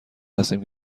هستیم